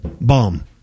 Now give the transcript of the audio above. bomb